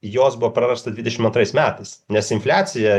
jos buvo prarasta dvidešimt antrais metais nes infliacija